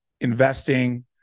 investing